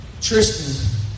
Tristan